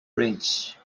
range